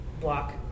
block